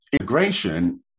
Integration